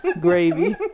gravy